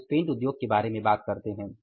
आप उस पेंट उद्योग के बारे में बात करते हैं